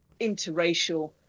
interracial